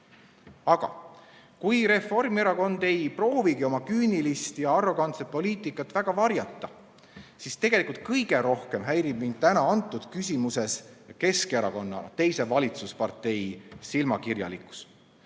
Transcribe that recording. kui Reformierakond ei proovigi oma küünilist ja arrogantset poliitikat väga varjata, siis tegelikult kõige rohkem häirib mind selles küsimuses Keskerakonna ehk teise valitsuspartei silmakirjalikkus.